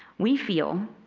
we feel,